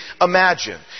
imagine